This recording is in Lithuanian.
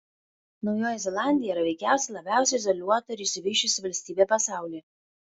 naujoji zelandija yra veikiausiai labiausiai izoliuota ir išsivysčiusi valstybė pasaulyje